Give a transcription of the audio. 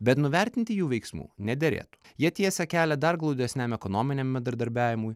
bet nuvertinti jų veiksmų nederėtų jie tiesia kelią dar glaudesniam ekonominiam bendradarbiavimui